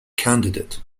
candidate